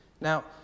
Now